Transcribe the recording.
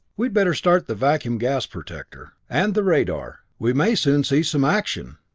we'd better start the vacuum gas protector. and the radar. we may soon see some action.